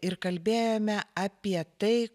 ir kalbėjome apie tai